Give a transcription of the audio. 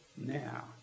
now